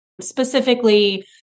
specifically